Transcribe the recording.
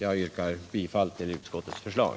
Jag yrkar bifall till utskottets förslag.